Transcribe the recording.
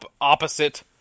opposite